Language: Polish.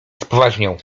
spoważniał